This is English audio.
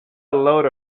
load